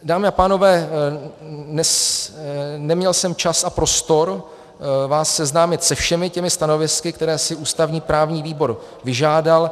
Dámy a pánové, neměl jsem čas a prostor vás seznámit se všemi těmi stanovisky, která si ústavněprávní výbor vyžádal.